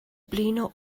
blino